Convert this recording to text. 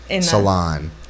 salon